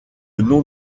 nom